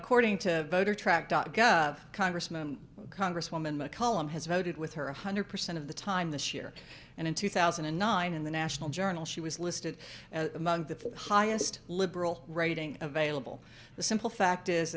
according to voter track dot gov congressman congresswoman mccollum has voted with her one hundred percent of the time this year and in two thousand and nine in the national journal she was listed among the highest liberal writing available the simple fact is